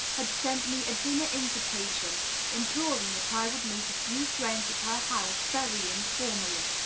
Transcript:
had sent me a dinner nvitation imploring that i would meet a few friends at her house very informally.